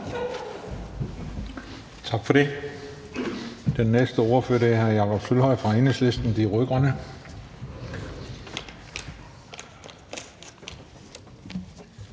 Tak for det. Den næste ordfører er hr. Jakob Sølvhøj fra Enhedslisten – De Rød-Grønne.